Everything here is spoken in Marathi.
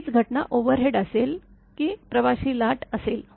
हीच घटना ओव्हरहेड असेल की प्रवासी लाट असेल